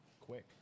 quick